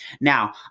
Now